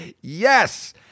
Yes